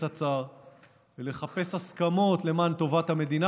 הצר ולחפש הסכמות למען טובת המדינה,